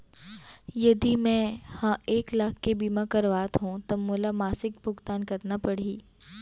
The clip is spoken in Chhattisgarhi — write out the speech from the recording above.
यदि मैं ह एक लाख के बीमा करवात हो त मोला मासिक भुगतान कतना पड़ही?